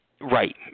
Right